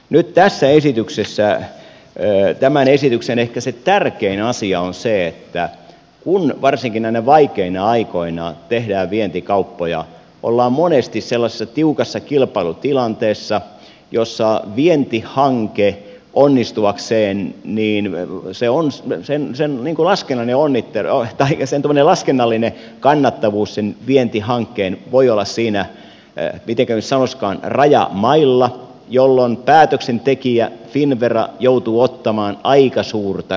nyt tämän esityksen ehkä se tärkein asia on se että kun varsinkin näinä vaikeina aikoina tehdään vientikauppoja ollaan monesti sellaisessa tiukassa kilpailutilanteessa jossa onnistuakseen niin se on s defensenin laskeneen jouni kero hikisen vientihankkeen laskennallinen kannattavuus voi olla siinä mitenkä nyt sanoisikaan rajamailla jolloin päätöksentekijä finnvera joutuu ottamaan aika suurta riskiä